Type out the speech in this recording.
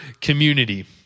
Community